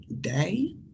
day